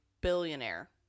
billionaire